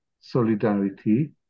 solidarity